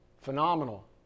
Phenomenal